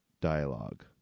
dialogue